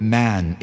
man